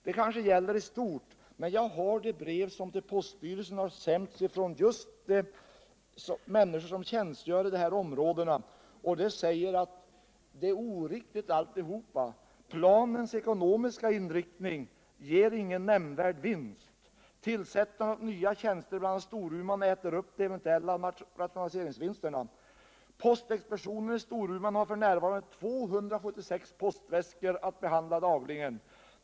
Det kanske gäller för landet i dess helhet, men av det brev som poststyrelsen sänt till människorna i dessa områden tramgår att förutsättningarna är helt felaktiga i det område det nu giller. Planens ekonomiska inriktning ger ingen nämnvärd vinst. Inrättandet av nya tjänster i Storuman äter upp de eventuella rationaliseringsvinsterna. Postexpeditionen i Storuman har f.n. 276 postväskor att behandla dagligen.